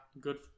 Good